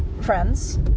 friends